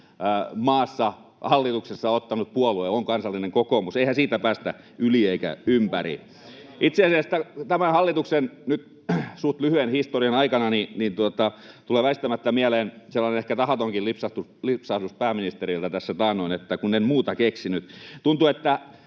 maassa hallituksessa ottanut puolue on Kansallinen Kokoomus, eihän siitä päästä yli eikä ympäri. Itse asiassa tämän hallituksen suht lyhyen historian aikana tulee väistämättä mieleen sellainen ehkä tahatonkin lipsahdus pääministeriltä tässä taannoin, että ”kun en muuta keksinyt”. Tuntuu,